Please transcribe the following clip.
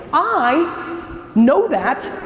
i know that,